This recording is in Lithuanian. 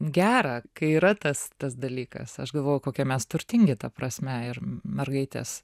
gera kai yra tas tas dalykas aš galvoju kokie mes turtingi ta prasme ir mergaitės